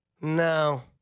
No